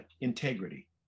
integrity